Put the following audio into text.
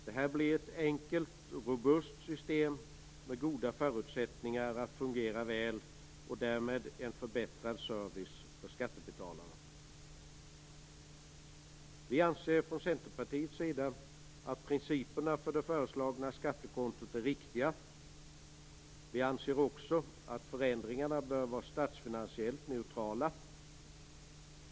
Det blir ett enkelt och robust system med goda förutsättningar att fungera väl och innebär därmed en förbättrad service för skattebetalarna. Vi anser från Centerpartiets sida att principerna för det föreslagna skattekontot är riktiga. Vi anser också att förändringarna bör vara statsfinansiellt neutrala.